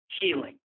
healing